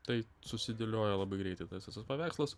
tai susidėlioja labai greitai tas paveikslas